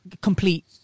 complete